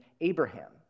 Abraham